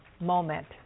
moment